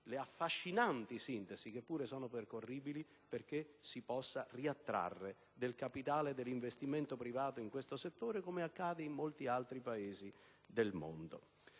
le affascinanti sintesi, che pure sono percorribili, perché si possa riattrarre del capitale per investimento privato in questo settore, come accade in molti altri Paesi del mondo.